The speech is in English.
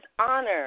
honor